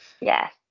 Yes